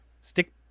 Stick